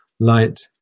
light